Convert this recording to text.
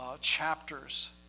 chapters